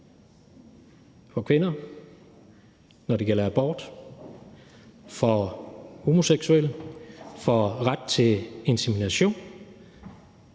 for kvinder, når det gælder abort, for homoseksuelle i forhold til ret til insemination